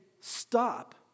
stop